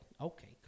Okay